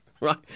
Right